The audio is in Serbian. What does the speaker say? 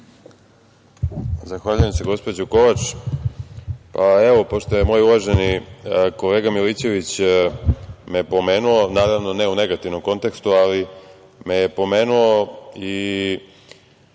Zahvaljujem, gospođo Kovač. Pošto me je moj uvaženi kolega Milićević pomenuo, naravno ne u negativnom kontekstu, ali me je pomenuo i